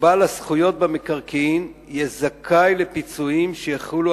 ובעל הזכויות במקרקעין יהיה זכאי לפיצויים שיחולו